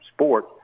sport